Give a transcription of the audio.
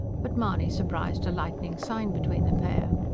but mahony surprised a lightning sign between the pair.